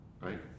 right